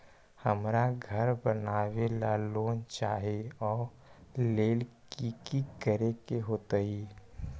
हमरा घर बनाबे ला लोन चाहि ओ लेल की की करे के होतई?